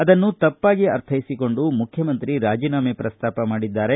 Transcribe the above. ಅದನ್ನು ತಪ್ಪಾಗಿ ಅರ್ಥೈಸಿಕೊಂಡು ಮುಖ್ಯಮಂತ್ರಿ ರಾಜೀನಾಮೆ ಪ್ರಸ್ತಾಪ ಮಾಡಿದ್ದಾರೆ